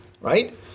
right